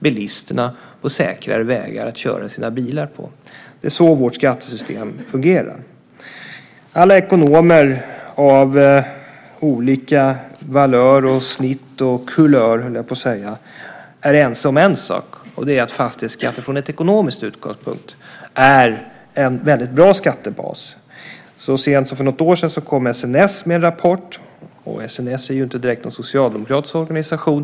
Bilisterna får säkrare vägar att köra sina bilar på. Det är så vårt skattesystem fungerar. Alla ekonomer av olika valör, snitt och kulör, höll jag på att säga, är ense om en sak, och det är att fastighetsskatten från en ekonomisk utgångspunkt är en väldigt bra skattebas. Så sent som för något år sedan kom SNS med en rapport, och SNS är ju inte direkt någon socialdemokratisk organisation.